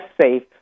safe